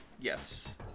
Yes